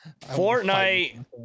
Fortnite